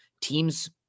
Teams –